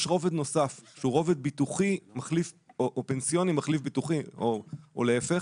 יש רובד נוסף והוא רובד ביטוחי או פנסיוני מחליף ביטוחי או להיפך,